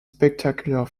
spectacular